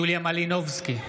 יוליה מלינובסקי,